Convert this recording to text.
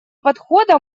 подхода